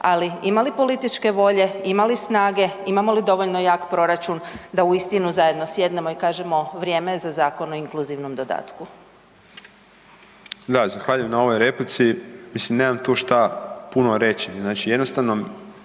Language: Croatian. ali, ima li političke volje, ima li snage, imamo li dovoljno jak proračun da uistinu zajedno sjednemo i kažemo, vrijeme je za Zakon o inkluzivnom dodatku? **Tomašević, Tomislav (Možemo!)** Da, zahvaljujem na ovoj replici. Mislim, nemam tu šta puno reći, jednostavno